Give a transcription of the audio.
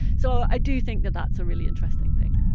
so i do think that that's a really interesting thing